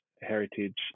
heritage